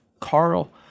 carl